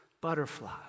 butterfly